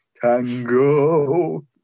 Tango